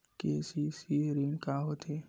KCC ऋण का होथे?